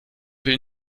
will